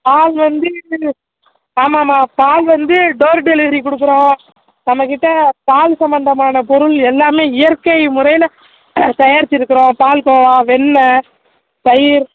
பால் வந்து ஆமாம்மா பால் வந்து டோர் டெலிவரி கொடுக்குறோம் நம்மக்கிட்டே பால் சம்பந்தமான பொருள் எல்லாமே இயற்கை முறையில் தயாரிச்சுருக்கறோம் பால்கோவா வெண்ணய் தயிர்